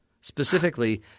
specifically